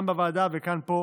גם בוועדה וגם פה,